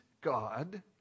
God